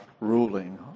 ruling